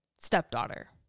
stepdaughter